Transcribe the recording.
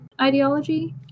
ideology